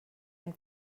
and